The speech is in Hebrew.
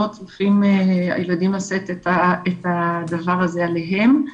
לא צריכים הילדים לשאת את הדבר הזה עליהם.